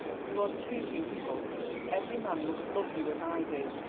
you are too beautiful every man must love you as i do.